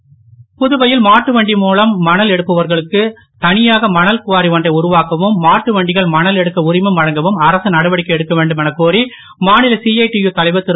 இந்த உத்தரவு இன்று முதலே அமலாகும் புதுவையில் மாட்டு வண்டி மூலம் மணல் எடுப்பவர்களுக்கு தனியாக மணல் குவாரி ஒன்றை உருவாக்கவும் மாட்டு வண்டிகள் மணல் எடுக்க உரிமம் வழங்கவும் அரசு நடவடிக்கை எடுக்கவேண்டுமெனக் கோரி மாநில சிஐடியு தலைவர் திரு